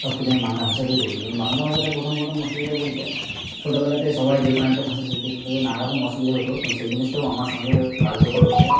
সব কিছু আমি বাংলা ভাষাতেই করি এবং বাংলা ভাষাতে প্রথম প্রথম অসুবিধা বলতে ছোটবেলাতে সবাই যে কোনো একটা ভাষা শিখতে গেলে তাদের নানা রকম অসুবিধা হতো এবং সেই জিনিসটাও আমার সঙ্গে কার্যকর হয়েছে